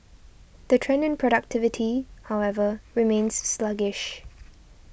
the trend in productivity however remains sluggish